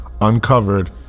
uncovered